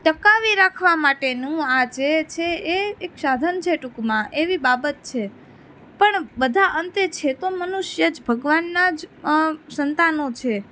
ટકાવી રાખવાં માટેનું આ જે છે એ એક સાધન છે ટૂંકમાં એવી બાબત છે પણ બધા અંતે છે તો મનુષ્ય જ ભગવાનનાં જ સંતાનો છે